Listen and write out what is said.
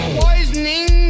poisoning